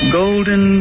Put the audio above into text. golden